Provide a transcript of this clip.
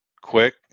quick